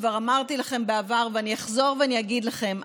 כבר אמרתי לכם בעבר ואני אחזור ואגיד לכם,